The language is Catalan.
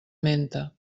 menta